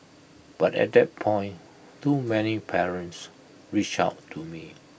but at that point too many parents reached out to me